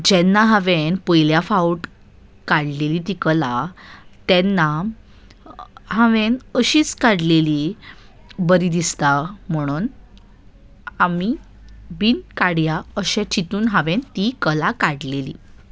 जेन्ना हांवें पयल्या फावट काडलेली ती कला तेन्ना हांवें अशीच काडलेली बरी दिसता म्हणून आमी बीन काडुया अशें चितून हांवें ती कला काडलेली